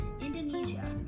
Indonesia